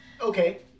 okay